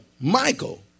Michael